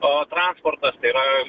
o transportas tai yra